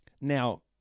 Now